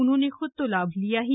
उन्होंने खुद तो लाभ लिया ही